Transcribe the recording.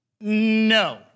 No